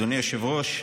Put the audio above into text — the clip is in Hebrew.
אדוני היושב-ראש,